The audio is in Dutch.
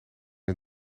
het